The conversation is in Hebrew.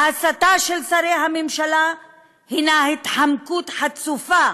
ההסתה של שרי הממשלה הנה התחמקות חצופה